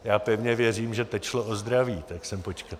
Já pevně věřím, že teď šlo o zdraví, tak jsem počkal.